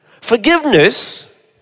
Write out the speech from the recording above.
forgiveness